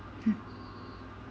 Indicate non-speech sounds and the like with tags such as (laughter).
(noise)